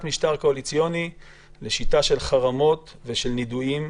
משטר קואליציוני לשיטה של חרמות ושל נידויים.